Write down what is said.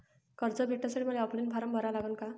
कर्ज भेटासाठी मले ऑफलाईन फारम भरा लागन का?